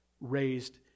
raised